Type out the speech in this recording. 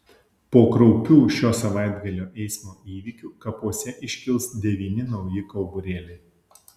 po kraupių šio savaitgalio eismo įvykių kapuose iškils devyni nauji kauburėliai